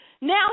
Now